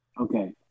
Okay